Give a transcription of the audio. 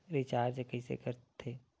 Recharge कइसे कर थे?